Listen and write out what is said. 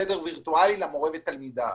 חדר וירטואלי למורה ותלמידיו.